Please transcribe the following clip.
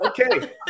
Okay